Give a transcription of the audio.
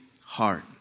heart